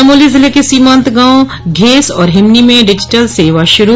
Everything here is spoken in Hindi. चमोली जिले के सीमांत गांव घेस और हिमनी में डिजिटल सेवा शुरू